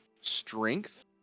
strength